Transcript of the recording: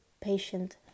patient